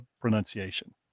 pronunciation